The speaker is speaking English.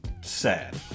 sad